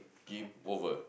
game over